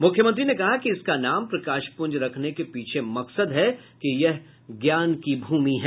मुख्यमंत्री ने कहा कि इसका नाम प्रकाश पुंज रखने के पीछे मकसद है कि यह ज्ञान की भूमि है